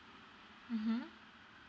mmhmm